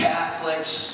Catholics